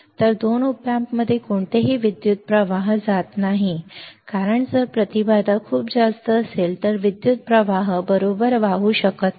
तर दोन ओप एम्प्समध्ये कोणताही विद्युत प्रवाह जात नाही कारण जर प्रतिबाधा खूप जास्त असेल तर विद्युत प्रवाह बरोबर वाहू शकत नाही